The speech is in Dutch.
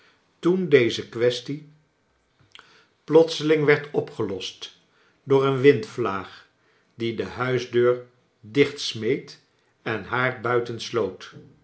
toen deze kwestie plotseling werd opgelost door een windvlaag die de huisdeur dichtsmeet en er haar buiten sloot